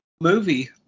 movie